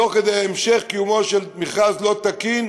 תוך כדי המשך קיומו של מכרז לא תקין,